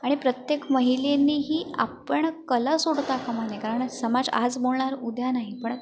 आणि प्रत्येक महिलेनेही आपण कला सोडता कामा नये कारण समाज आज बोलणार उद्या नाही परत